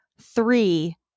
three